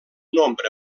nombre